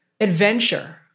adventure